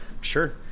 Sure